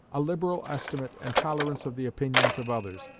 a liberal estimate and tolerance of the opinions of others,